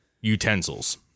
utensils